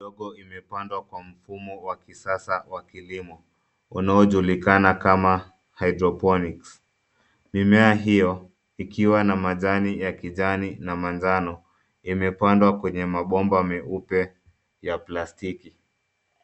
Ndogo imepandwa kwa mfumo wa kisasa wa kilimo unaojulikana kama hydroponics . Mimea hiyo ikiwa na majani ya kijani na manjano, imepandwa kwenye mabomba meupe ya plastiki.